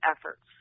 efforts